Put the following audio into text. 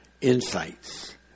insights